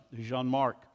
Jean-Marc